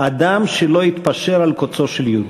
אדם שלא התפשר על קוצו של יו"ד.